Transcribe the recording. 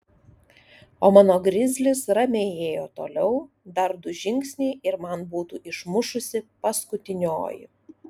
o mano grizlis ramiai ėjo toliau dar du žingsniai ir man būtų išmušusi paskutinioji